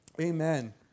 Amen